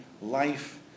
life